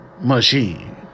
machine